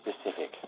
specific